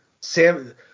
sam